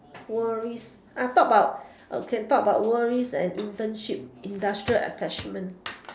worries talk about okay talk about worries and internship industrial attachment